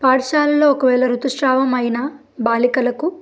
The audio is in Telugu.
పాఠశాలల్లో ఒకవేళ రుతుస్రావమైన బాలికలకు